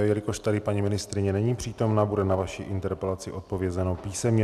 Jelikož tady paní ministryně není přítomna, bude na vaši interpelaci odpovězeno písemně.